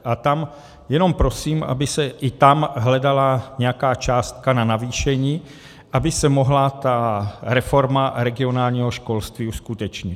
A tam jenom prosím, aby se i tam hledala nějaká částka na navýšení, aby se mohla ta reforma regionálního školství uskutečnit.